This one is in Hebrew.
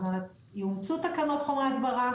זאת אומרת, יאומצו תקנות חומרי הדברה